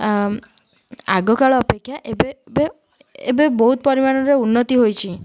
ଆଗକାଳ ଅପେକ୍ଷା ଏବେ ଏବେ ବହୁତ ପରିମାଣରେ ଉନ୍ନତି ହୋଇଛି